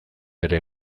bere